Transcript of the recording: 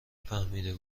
فهمیده